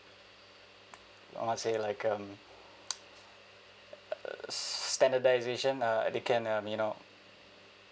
I wanna say like um standardisation uh it can um you know